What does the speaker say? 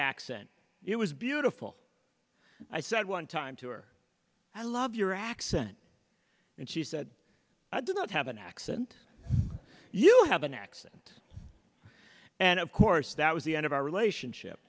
accent it was beautiful i said one time to her i love your accent and she said i do not have an accent you have an accent and of course that was the end of our relationship